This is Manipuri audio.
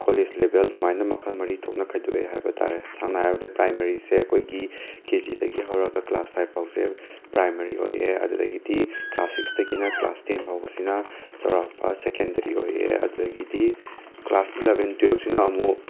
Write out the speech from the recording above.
ꯀꯣꯂꯦꯁ ꯂꯦꯕꯦꯜ ꯑꯗꯨꯃꯥꯏꯅ ꯃꯈꯜ ꯃꯔꯤ ꯊꯣꯛꯅ ꯈꯥꯏꯗꯣꯛꯑꯦ ꯍꯥꯏꯕ ꯇꯥꯔꯦ ꯁꯝꯅ ꯍꯥꯏꯔꯕꯗ ꯄ꯭ꯔꯥꯏꯃꯔꯤꯁꯦ ꯑꯩꯈꯣꯏꯒꯤ ꯀꯦꯖꯤꯗꯒꯤ ꯍꯧꯔꯒ ꯀ꯭ꯂꯥꯁ ꯐꯥꯏꯞ ꯐꯥꯎꯁꯦ ꯄ꯭ꯔꯥꯏꯃꯔꯤ ꯑꯣꯏꯌꯦ ꯑꯗꯨꯗꯒꯤꯗꯤ ꯀ꯭ꯂꯥꯁ ꯁꯤꯛꯁꯇꯒꯤꯅ ꯀ꯭ꯂꯥꯁ ꯇꯦꯟ ꯐꯥꯎꯕꯁꯤꯅ ꯆꯥꯎꯔꯥꯛꯄ ꯁꯦꯀꯦꯟꯗꯔꯤ ꯑꯣꯏꯌꯦ ꯑꯗꯨꯗꯒꯤꯗꯤ ꯀ꯭ꯂꯥꯁ ꯏꯂꯕꯦꯟ ꯇꯨꯌꯦꯜꯞꯁꯤꯅ ꯑꯃꯨꯛ